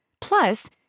Plus